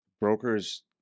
Brokers